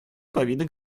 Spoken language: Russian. повинных